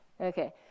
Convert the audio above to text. Okay